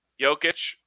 Jokic